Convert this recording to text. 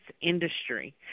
industry